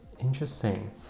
Interesting